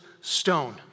stone